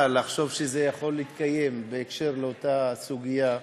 לחשוב שזה יכול להתקיים בקשר לאותה סוגיה.